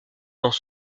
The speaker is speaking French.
dans